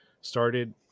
started